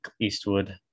Eastwood